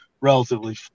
relatively